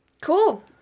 cool